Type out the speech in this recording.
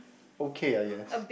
okay I guess